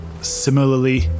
similarly